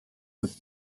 with